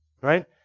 right